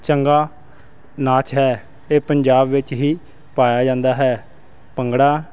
ਚੰਗਾ ਨਾਚ ਹੈ ਇਹ ਪੰਜਾਬ ਵਿੱਚ ਹੀ ਪਾਇਆ ਜਾਂਦਾ ਹੈ ਭੰਗੜਾ